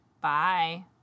Bye